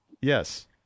Yes